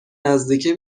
نزدیکه